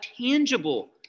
tangible